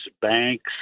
banks